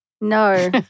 No